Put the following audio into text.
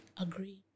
agree